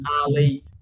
Ali